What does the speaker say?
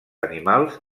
animals